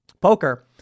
poker